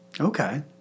Okay